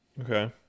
Okay